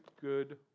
good